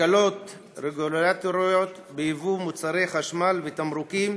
הקלות רגולטוריות ביבוא מוצרי חשמל ותמרוקים,